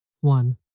One